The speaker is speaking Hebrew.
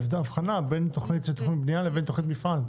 ההבחנה בין תוכנית בנייה לבין תוכנית מפעל.